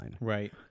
Right